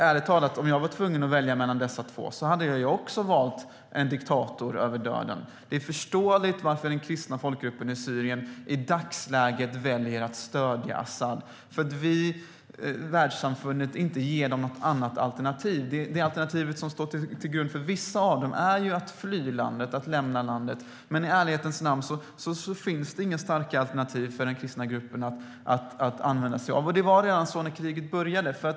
Ärligt talat: Om jag var tvungen att välja mellan dessa två hade jag också valt en diktator. Det är förståeligt varför den kristna folkgruppen i Syrien i dagsläget väljer att stödja Asad. Världssamfundet ger dem inte något annat alternativ. Det alternativ som står till buds för vissa av dem är att fly landet. Men i ärlighetens namn finns det inget starkt alternativ för den kristna gruppen att använda sig av. Det var så redan när kriget började.